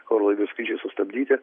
orlaivių skrydžiai sustabdyti